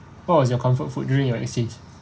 what was your comfort food during your exchange